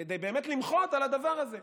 כדי למחות באמת על הדבר הזה.